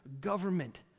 government